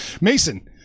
Mason